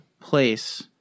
place